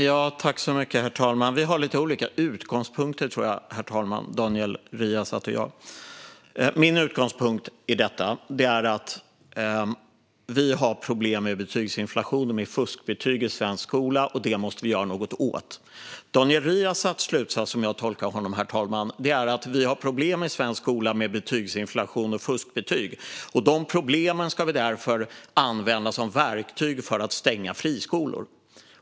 Herr talman! Daniel Riazat och jag har lite olika utgångspunkter. Min utgångspunkt är att vi har problem med betygsinflationen, med fuskbetyg, i svensk skola, och det måste vi göra något åt. Daniel Riazats slutsats, som jag tolkar honom, är att vi har problem i svensk skola med betygsinflation och fuskbetyg, och de problemen ska vi därför använda som verktyg för att stänga friskolor.